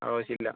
ആവശ്യം ഇല്ല